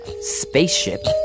spaceship